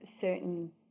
certain